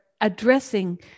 addressing